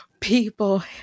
People